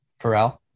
Pharrell